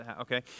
Okay